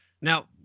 Now